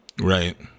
Right